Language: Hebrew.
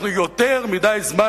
אנחנו יותר מדי זמן,